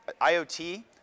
IoT